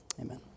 Amen